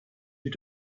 you